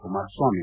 Kumaraswamy